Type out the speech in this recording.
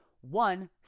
one